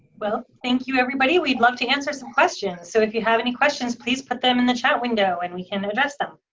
well thank you everybody we'd love to answer some questions. so, if you have any questions please put them in the chat window and we can address them.